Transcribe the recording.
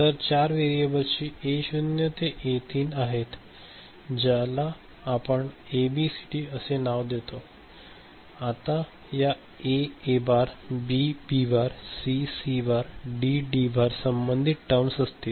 तर चार व्हेरिएबल्स ए0 ते ए3 आहेत ज्याला आपण एबीसीडी असे नाव देतो आणि या A A bar B B bar C C bar D D bar संबंधित टर्म्स असतील